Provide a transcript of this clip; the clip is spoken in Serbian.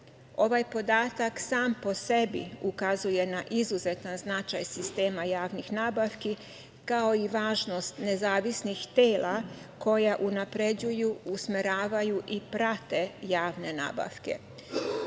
podatak sam po sebi ukazuje na izuzetan značaj sistema javnih nabavki, kao i važnost nezavisnih tela koja unapređuju, usmeravaju i prate javne nabavke.